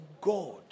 god